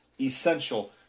essential